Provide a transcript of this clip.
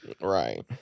right